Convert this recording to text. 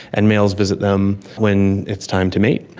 and males visit them when it's time to mate.